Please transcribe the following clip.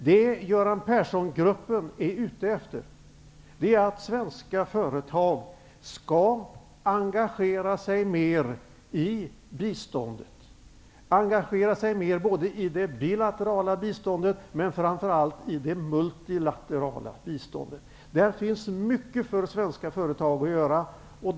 Vad Göran Persson-gruppen är ute efter är att svenska företag skall engagera sig mer i både det bilaterala men framför allt det multilaterala biståndet. Där finns mycket för svenska företag att göra.